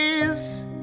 days